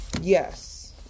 yes